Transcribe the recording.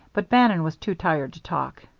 but bannon was too tired to talk.